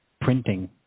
printing